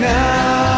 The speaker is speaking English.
now